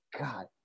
God